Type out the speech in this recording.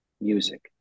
music